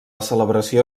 celebració